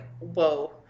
whoa